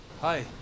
Hi